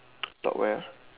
top where ah